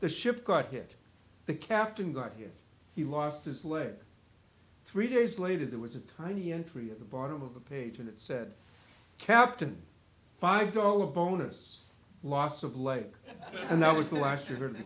the ship got hit the captain got here he lost his leg three days later there was a tiny entry at the bottom of the page and it said captain five dollar bonus loss of leg and that was last year an a